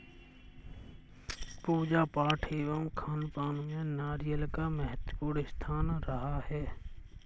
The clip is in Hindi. पूजा पाठ एवं खानपान में नारियल का महत्वपूर्ण स्थान रहा है